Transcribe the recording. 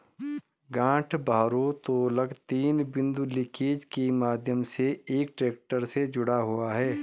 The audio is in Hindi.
गांठ भारोत्तोलक तीन बिंदु लिंकेज के माध्यम से एक ट्रैक्टर से जुड़ा हुआ है